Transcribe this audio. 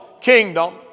kingdom